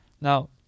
Now